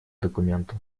документа